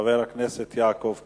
חבר הכנסת יעקב כץ.